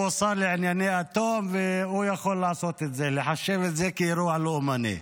שמא יימצא פה מישהו שיחשוב שזה אירוע לאומני.